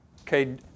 Okay